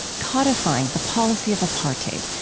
codifying the policy of apartheid,